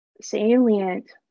salient